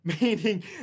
meaning